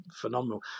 phenomenal